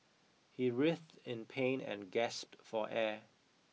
he writhed in pain and gasped for air